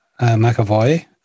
McAvoy